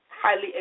highly